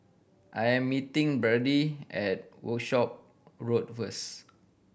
I'm meeting Byrdie at Workshop Road first